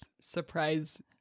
surprise